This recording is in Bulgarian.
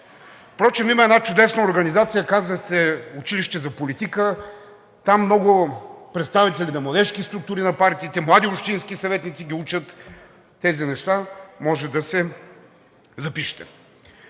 Впрочем има една чудесна организация, казва се „Училище за политика“ – там много представители на младежки структури на партиите, млади общински съветници ги учат тези неща, може да се запишете.